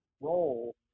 role